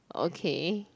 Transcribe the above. okay